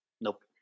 Nope